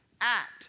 Act